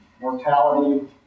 mortality